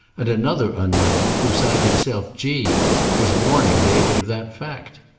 and another unknown who signed himself g was warning david of that fact.